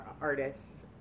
artists